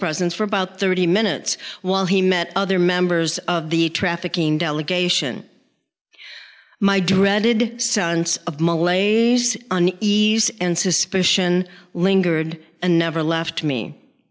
presence for about thirty minutes while he met other members of the trafficking delegation my dreaded sense of malays ease and suspicion lingered and never left me